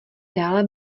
dále